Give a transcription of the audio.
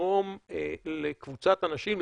יגרום לקבוצת אנשים,